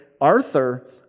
Arthur